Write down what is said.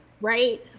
right